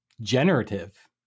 generative